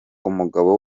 umugabo